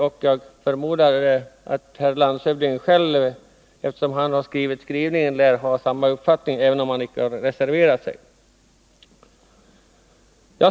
Och jag förmodar att landshövdingen själv har samma uppfattning — eftersom han stått för skrivningen — även om han inte reserverat sig.